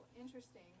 Interesting